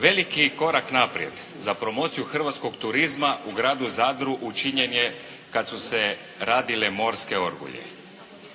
Veliki korak naprijed za promociju hrvatskog turizma u gradu Zadru učinjen je kad su se radile morske orgulje.